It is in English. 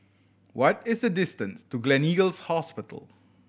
what is the distance to Gleneagles Hospital